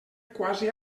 quasi